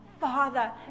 Father